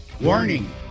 warning